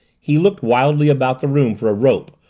he looked wildly about the room for a rope,